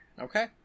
Okay